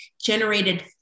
generated